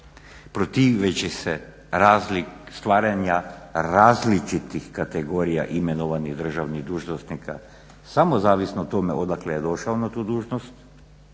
različitih, stvaranja različitih kategorija imenovanih državnih dužnosnika samo zavisno tome odakle je došao na tu dužnost